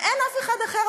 ואין אף אחד אחר,